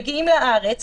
מגיעים לארץ,